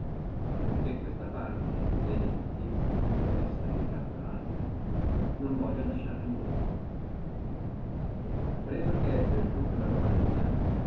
e perché questa parte è degna di notizia e da essere imitata da altri non la voglio lasciare indrieto preso che ebbe il duca la romagna